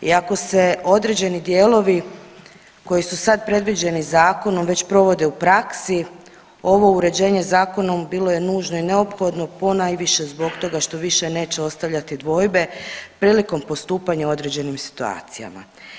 I ako se određeni dijelovi koji su sad predviđeni zakonom već provode u praksi ovo uređenjem zakonom bilo je nužno i neophodno ponajviše zbog toga što više neće ostavljati dvojbe prilikom postupanja u određenim situacijama.